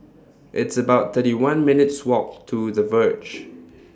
It's about thirty one minutes' Walk to The Verge